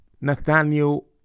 Nathaniel